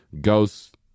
ghost